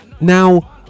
now